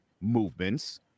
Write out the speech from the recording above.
movements